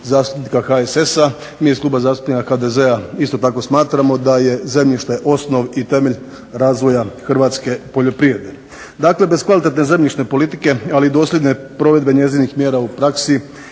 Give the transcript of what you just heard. HSS-a. Mi iz Kluba zastupnika HDZ-a isto tako smatramo da je zemljište osnov i temelj razvoja hrvatske poljoprivrede. Dakle, bez kvalitetne zemljišne politike ali i dosljedne provedbe njezinih mjera u praksi